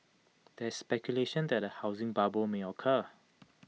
there is speculation that A housing bubble may occur